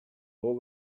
all